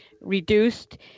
reduced